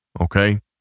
Okay